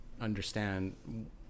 understand